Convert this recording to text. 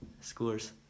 scores